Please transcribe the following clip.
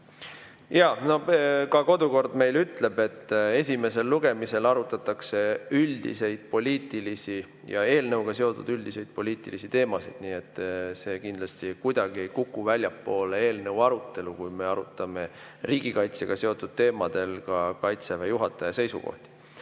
Jaa, ka kodukord ütleb, et esimesel lugemisel arutatakse üldisi, poliitilisi ja eelnõuga seotud üldisi poliitilisi teemasid. Nii et see kindlasti ei kuku kuidagi väljapoole eelnõu arutelu, kui me riigikaitsega seotud teemadel arutame ka Kaitseväe juhataja seisukohti.